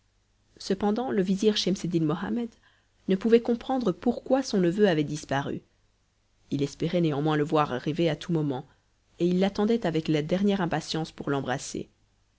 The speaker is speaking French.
cependant le vizir schemseddin mohammed ne pouvait comprendre pourquoi son neveu avait disparu il espérait néanmoins le voir arriver à tous moments et il l'attendait avec la dernière impatience pour l'embrasser